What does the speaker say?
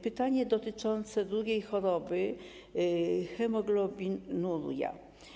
Pytanie dotyczące drugiej choroby, hemoglobinurii.